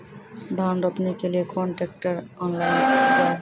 धान रोपनी के लिए केन ट्रैक्टर ऑनलाइन जाए?